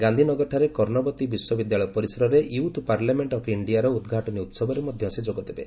ଗାନ୍ଧୀନଗରଠାରେ କର୍ଣ୍ଣବତୀ ବିଶ୍ୱବିଦ୍ୟାଳୟ ପରିସରରେ youth parliament of ଇଣ୍ଡିଆର ଉଦ୍ଘାଟନୀ ଉତ୍ସବରେ ମଧ୍ୟ ସେ ଯୋଗଦେବେ